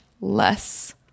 less